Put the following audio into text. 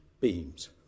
beams